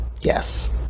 Yes